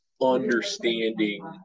understanding